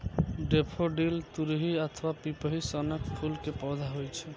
daffodil तुरही अथवा पिपही सनक फूल के पौधा होइ छै